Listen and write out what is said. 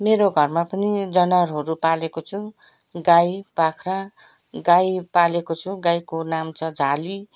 मेरो घरमा पनि जनावरहरू पालेको छु गाई बाख्रा गाई पालेको छु गाईको नाम छ झाली